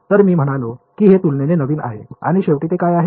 तर मी म्हणालो की हे तुलनेने नवीन आहे आणि शेवटी ते काय आहे